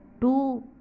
Two